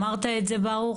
אמרת את זה, ברוך.